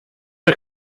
are